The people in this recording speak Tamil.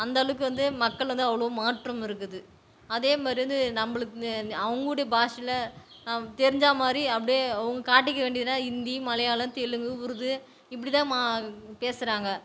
அந்த அளவுக்கு வந்து மக்கள் வந்து அவ்வளோ மாற்றம் இருக்குது அதேமாதிரி வந்து நம்பளுக்கு நெ அவங்குடைய பாஷையில் தெரிஞ்ச மாதிரி அப்டேயே அவங்க காட்டிக்க வேண்டியதுன்னால் இந்தி மலையாளம் தெலுங்கு உருது இப்படிதான் மா பேசுகிறாங்க